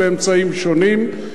באמצעים שונים.